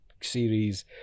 series